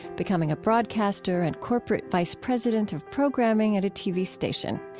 becoming a broadcaster and corporate vice president of programming at a tv station.